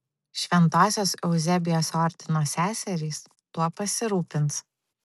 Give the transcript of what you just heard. šventosios euzebijos ordino seserys tuo pasirūpins